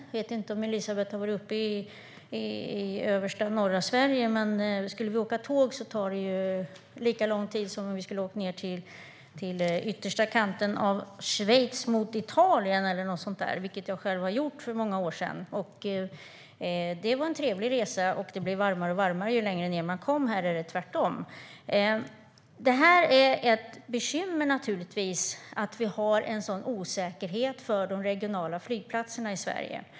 Jag vet inte om Elisabet Knutsson har varit i nordligaste Sverige, men med tåg tar det lika lång tid som om vi skulle åka ned till yttersta kanten av Schweiz mot Italien, vilket jag har gjort för många år sedan. Det var en trevlig resa, och det blev varmare och varmare ju längre ned vi kom. Här i Sverige är det tvärtom. Det är naturligtvis ett bekymmer att det råder en sådan osäkerhet för de regionala flygplatserna i Sverige.